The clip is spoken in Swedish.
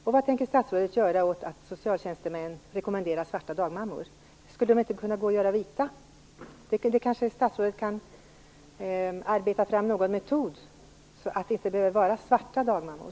Och vad tänker statsrådet göra åt att socialtjänstemän rekommenderar svarta dagmammor? Skulle det inte kunna gå att göra dem vita? Statsrådet kan kanske arbeta fram någon metod så att det inte behöver vara svarta dagmammor.